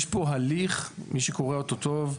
יש פה הליך, מי שקורא אותו טוב,